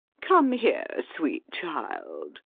come here, sweet child.